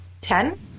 Ten